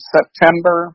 September